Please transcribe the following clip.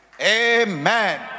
Amen